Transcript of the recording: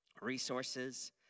resources